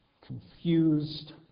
confused